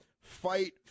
fight